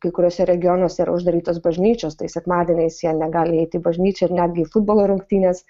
kai kuriuose regionuose yra uždarytos bažnyčios sekmadieniais jie negali eiti į bažnyčią ir netgi į futbolo rungtynes